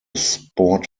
sport